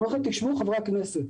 ואומרים לכם: תשמעו חברי הכנסת,